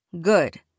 Good